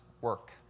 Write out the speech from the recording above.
work